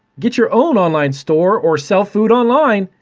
get your own online store or sell food online,